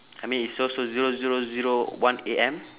I mean it's so so zero zero zero one A_M